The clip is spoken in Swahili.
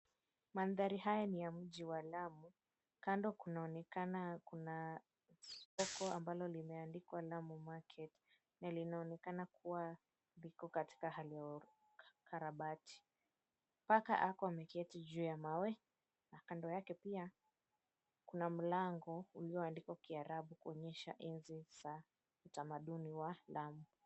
Manthari haya ni ya mji wa Lamu. Kando kunaonekana kuna soko ambalo limeandikwa “Lamu Market” na linaonekana kuwa liko katika hali ya ukarabati. Paka ako ameketi juu ya mawe, kando yake pia kuna mlango ulioandikwa Kiarabu kuonyesha enzi za utamaduni wa Lamu.